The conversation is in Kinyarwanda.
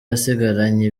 asigaranye